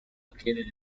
located